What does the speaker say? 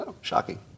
Shocking